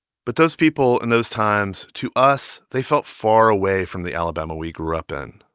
but those people in those times to us, they felt far away from the alabama we grew up in,